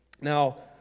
now